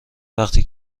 وقتی